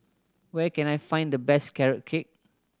where can I find the best Carrot Cake